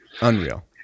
Unreal